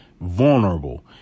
vulnerable